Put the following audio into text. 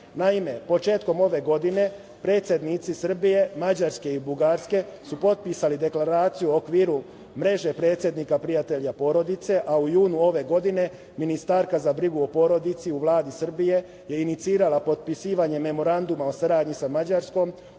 početkom ove godine predsednici Srbije, Mađarske i Bugarske su potpisali Deklaraciju o okviru mreže predsednika prijatelja porodice, a u junu ove godine ministarka za brigu o porodici u Vladi Srbije je inicirala potpisivanje Memoranduma o saradnji sa Mađarskom